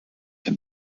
him